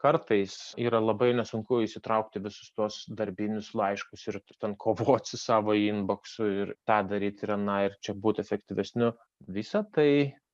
kartais yra labai nesunku įsitraukti į visus tuos darbinius laiškus ir ten kovot su savo inboksu ir tą daryti ir aną ir čia būt efektyvesniu visa tai